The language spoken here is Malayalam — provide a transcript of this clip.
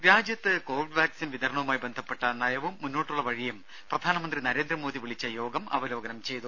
ദേദ രാജ്യത്ത് കോവിഡ് വാക്സിൻ വിതരണവുമായി ബന്ധപ്പെട്ട നയവും മുന്നോട്ടുള്ള വഴിയും പ്രധാനമന്ത്രി നരേന്ദ്രമോദി വിളിച്ച യോഗം അവലോകനം ചെയ്തു